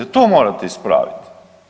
To morate ispraviti.